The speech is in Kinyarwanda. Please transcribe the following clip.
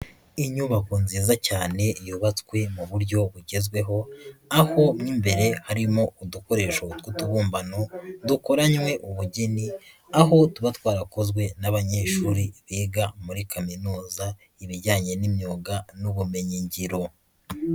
Inyubako nziza cyane yubatswe mu buryo bugezweho aho mo imbere harimo udukoresho tw'utubumbano dukoranywe ubugeni aho tuba twarakozwe n'abanyeshuri biga muri kaminuza ibijyanye n'imyuga n'ubumenyi ngiro.